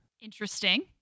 Interesting